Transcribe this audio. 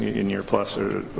year plus or